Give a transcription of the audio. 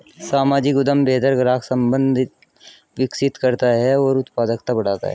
सामाजिक उद्यम बेहतर ग्राहक संबंध विकसित करता है और उत्पादकता बढ़ाता है